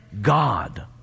God